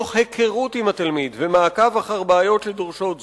תוך היכרות עם התלמיד ומעקב אחר בעיות שדורשות זאת.